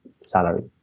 salary